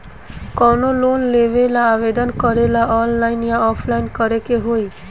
कवनो लोन लेवेंला आवेदन करेला आनलाइन या ऑफलाइन करे के होई?